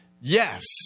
Yes